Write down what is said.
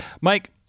mike